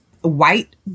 white